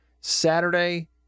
Saturday